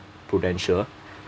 prudential